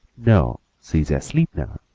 no, she is asleep now,